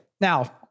Now